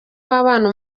w’abana